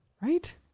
right